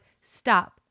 stop